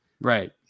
Right